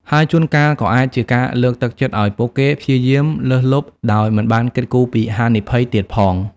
ហើយជួនកាលក៏អាចជាការលើកទឹកចិត្តឱ្យពួកគេព្យាយាមលើសលប់ដោយមិនបានគិតគូរពីហានិភ័យទៀតផង។